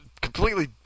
completely